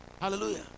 Hallelujah